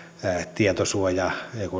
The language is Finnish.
tietosuoja